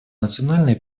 национальные